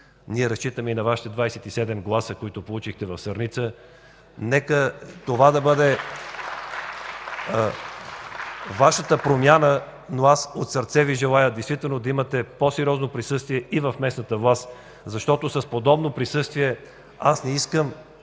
Ние разчитаме и на Вашите 27 гласа, които получихте в Сърница. (Ръкопляскания от ГЕРБ.) Нека това да бъде Вашата промяна, но аз от сърце Ви желая да имате по-сериозно присъствие и в местната власт, защото с подобно присъствие не искам